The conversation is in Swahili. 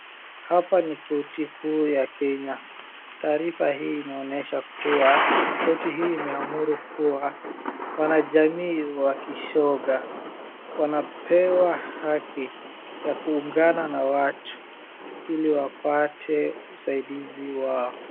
Hapa ni koti kuu ya Kenya. Taarifa hii inaonyesha kuwa koti hii imeamuru kuwa wanajamii wakishoga wanapewa haki ya kuunganana watu iliwapate usaidizi wao.